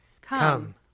Come